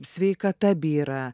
sveikata byra